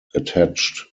attached